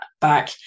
back